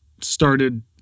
started